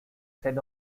said